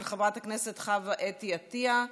של חווה אתי עטייה.